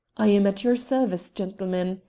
i am at your service, gentlemen,